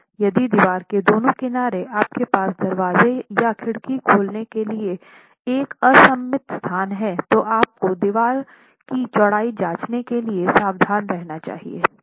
यदि दीवार के दोनों किनारे यदि आपके पास दरवाज़े या खिड़की खोलने के लिए एक असममित स्थान है तो आप को दीवार की चौड़ाई जाँचने के लिए सावधान रहना चाहिए